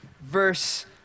verse